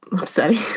upsetting